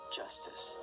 justice